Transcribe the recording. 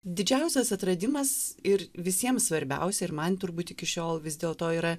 didžiausias atradimas ir visiems svarbiausia ir man turbūt iki šiol vis dėlto yra